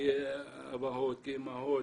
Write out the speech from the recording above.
כאבות, כאימהות.